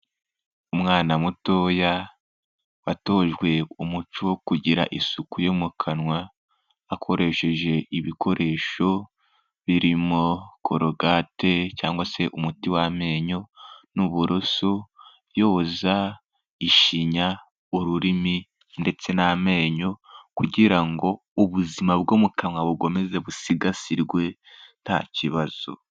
Umwana mutoya watojwe umuco wo kugira isuku yo mu kanwa akoresheje ibikoresho birimo korogate cyangwa se umuti w'amenyo n'uburoso yoza ishinya, ururimi ndetse n'amenyo kugira ngo ubuzima bwo mu kanwa bukomeze busigasirwe ntakibazo.